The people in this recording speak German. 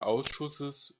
ausschusses